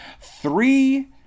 Three